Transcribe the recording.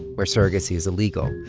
where surrogacy is illegal.